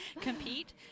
Compete